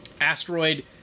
asteroid